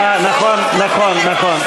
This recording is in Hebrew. אה, נכון, נכון, נכון.